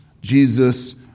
Jesus